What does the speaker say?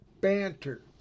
Banter